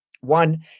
one